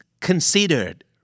considered